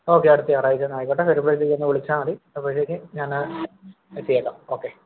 okay അടുത്ത ഞായറാഴ്ച്ചയെന്നെ ആയിക്കോട്ടെ വരുമ്പോൾ ഒന്ന് വിളിച്ചാൽ മതി അപ്പോഴ്ത്തേക്ക് ഞാൻ എത്തിയേക്കാം ഓക്കേ